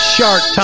Shark